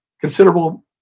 considerable